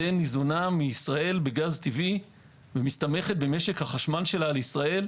היא ניזונה מישראל בגז טבעי ומסתמכת במשק החשמל שלה על ישראל.